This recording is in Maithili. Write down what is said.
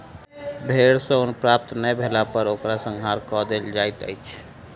भेड़ सॅ ऊन प्राप्ति नै भेला पर ओकर संहार कअ देल जाइत अछि